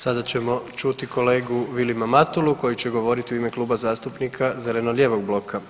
Sada ćemo čuti kolegu Vilima Matulu koji će govoriti u ime Kluba zastupnika zeleno-lijevog bloka.